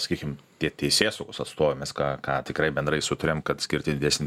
sakykim tie teisėsaugos atstovai mes ką ką tikrai bendrai sutariam kad skirti didesnį